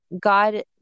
God